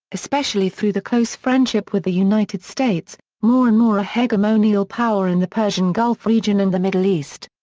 especially through the close friendship with the united states, more and more a hegemonial power in the persian gulf region and the middle east.